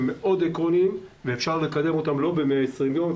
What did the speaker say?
ימים, אפשר לקדם אותם מחר.